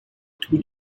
two